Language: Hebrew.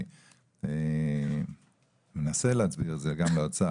אני מנסה להסביר את זה גם לאוצר.